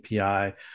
API